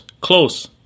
Close